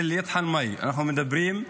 אנחנו מדברים,